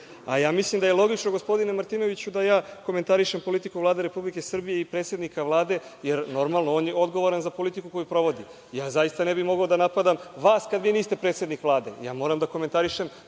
aršin. Mislim da je logično, gospodine Martinoviću, da ja komentarišem politiku Vlade Republike Srbije i predsednika Vlade, jer on je odgovoran za politiku koju sprovodi. Ne bih mogao da napadam vas, kada niste predsednik Vlade. Ja moram da komentarišem